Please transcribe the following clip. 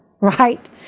right